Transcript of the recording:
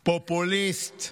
פופוליסט.